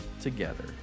together